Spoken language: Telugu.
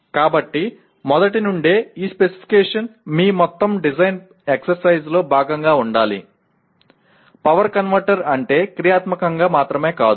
కాబట్టి మొదటి నుండే ఈ స్పెసిఫికేషన్ మీ మొత్తం డిజైన్ ఎక్సర్సైజ్ లో భాగంగా ఉండాలి పవర్ కన్వర్టర్ అంటే క్రియాత్మకంగా మాత్రమే కాదు